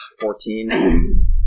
Fourteen